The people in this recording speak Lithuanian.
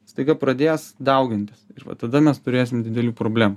staiga pradės daugintis ir va tada mes turėsim didelių problemų